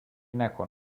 نکن